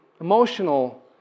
emotional